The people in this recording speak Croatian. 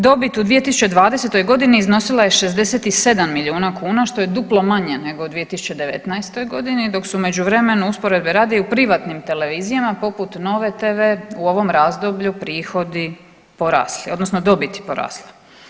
Dobit u 2020. godini iznosila je 67 milijuna kuna što je duplo manje nego u 2019. godini dok su u međuvremenu usporedbe radi u privatnim televizijama poput Nove tv u ovom razdoblju prihodi porasli, odnosno dobiti porasle.